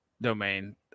domain